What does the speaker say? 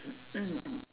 mm mm